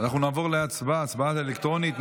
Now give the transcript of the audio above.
אנחנו נעבור להצבעה, הצבעה אלקטרונית.